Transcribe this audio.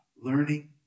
learning